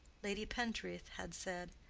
lady pentreath had said,